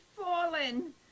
fallen